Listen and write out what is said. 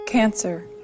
Cancer